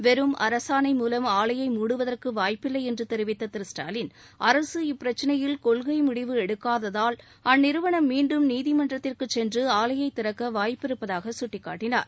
வெறும் அரசாணை மூலம் ஆலையை மூடுவதற்கு வாய்ப்பில்லை என்று தெரிவித்த திரு ஸ்டாலின் அரசு இப்பிரச்சினையில் கொள்கை முடிவு எடுக்காததால் அந்நிறுவனம் மீண்டும் நீதிமன்றத்திற்கு சென்று ஆலையை திறக்க வாய்ப்பிருப்பதாக குட்டிக்காட்டினார்